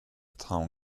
town